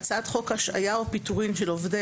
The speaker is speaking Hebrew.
"הצעת חוק השעיה או פיטורין של עובדי